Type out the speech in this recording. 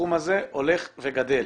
הסכום הזה הולך וגדל.